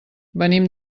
venim